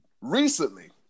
recently